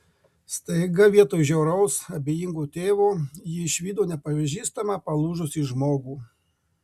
staiga vietoj žiauraus abejingo tėvo ji išvydo nepažįstamą palūžusį žmogų